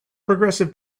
progressive